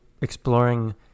exploring